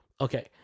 Okay